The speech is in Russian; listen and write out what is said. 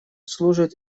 служит